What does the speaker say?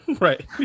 Right